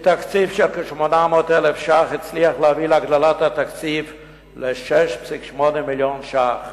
הוא הצליח להביא להגדלת התקציב מכ-800,000 ש"ח ל-6.8 מיליון ש"ח,